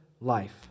life